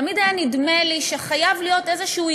תמיד היה נדמה לי שחייב להיות היגיון